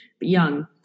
young